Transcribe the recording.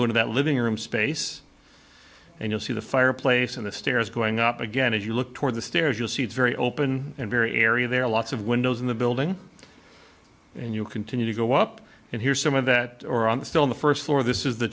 going to that living room space and you'll see the fireplace and the stairs going up again if you look toward the stairs you'll see it's very open and very area there are lots of windows in the building and you continue to go up and hear some of that or on the film the first floor of this is the